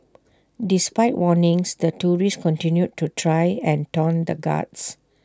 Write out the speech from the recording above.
despite warnings the tourists continued to try and taunt the guards